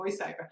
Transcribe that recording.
voiceover